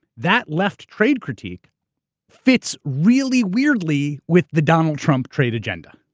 that left trade critique fits really weirdly with the donald trump trade agenda,